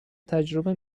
تجربه